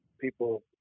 people